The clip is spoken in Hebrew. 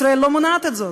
ישראל לא מונעת את זאת.